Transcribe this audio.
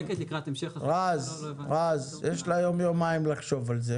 רז יש לה יומיים לחשבו על זה,